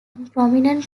prominent